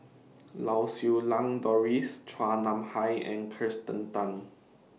Lau Siew Lang Doris Chua Nam Hai and Kirsten Tan